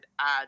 add